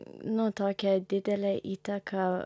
nu tokią didelę įtaką